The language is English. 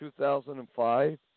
2005